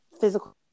physical